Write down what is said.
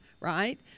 right